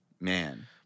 Man